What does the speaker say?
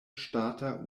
ŝtata